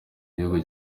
gihugu